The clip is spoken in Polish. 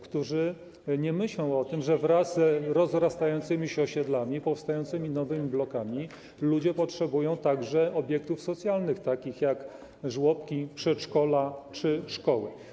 którzy nie myślą o tym, że wraz z rozrastającymi się osiedlami, powstającymi nowymi blokami ludzie potrzebują także obiektów socjalnych, takich jak żłobki, przedszkola czy szkoły.